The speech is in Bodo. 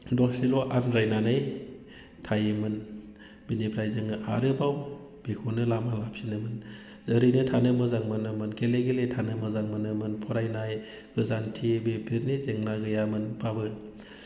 दसेल' आन्ज्रायनानै थायोमोन बेनिफ्राय जोङो आरोबाव बेखौनो लामा लाफिनोमोन ओरैनो थानो मोजां मोनोमोन गेले गेले थानो मोजां मोनोमोन फरायनाय गोजानथि बेफोरनि जेंना गैयामोनबाबो